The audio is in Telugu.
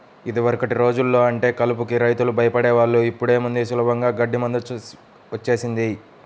యిదివరకటి రోజుల్లో అంటే కలుపుకి రైతులు భయపడే వాళ్ళు, ఇప్పుడేముంది సులభంగా గడ్డి మందు వచ్చేసిందిగా